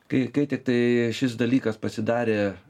kai kai tiktai šis dalykas pasidarė